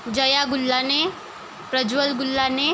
Jaya Gullane Prajwal Gullane